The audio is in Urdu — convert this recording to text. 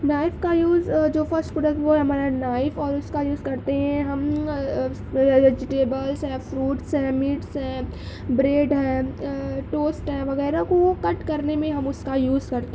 نائف کا یوز جو فرسٹ پروڈکٹ وہ ہے ہمارا نائف اور اس کا یوز کرتے ہیں ہم ویجیٹبلس یا فروٹس ہیں میٹس ہیں بریڈ ہے ٹوسٹ ہیں وغیرہ کو کٹ کرنے میں ہم اس کا یوز کرتے